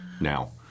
now